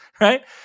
right